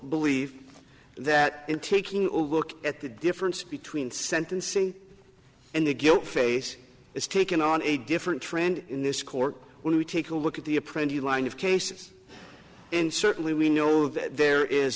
believe that in taking all look at the difference between sentencing and the guilt phase it's taken on a different trend in this court when we take a look at the apprentice a line of cases and certainly we know that there is